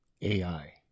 AI